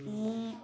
ও